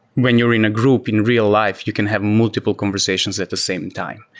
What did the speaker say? when you're in a group in real-life, you can have multiple conversations at the same time.